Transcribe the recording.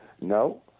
No